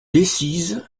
decize